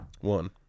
One